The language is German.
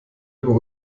über